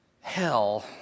Hell